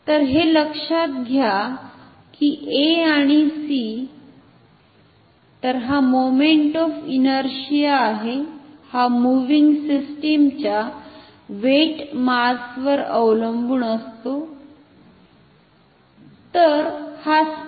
तर हे लक्षात घ्या की a आणि c तर हा मोमेंट ऑफ इनरशिआ आहे हा मूव्हिंग सिस्टमच्या वेट मासवर अवलंबून असतो